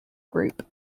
group